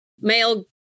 male